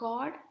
God